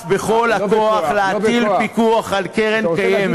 ודחף בכל הכוח הטלת פיקוח על הקרן הקיימת.